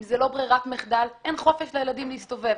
אם זו לא ברירת מחדל, אין חופש לילדים להסתובב.